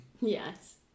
Yes